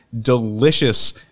Delicious